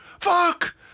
fuck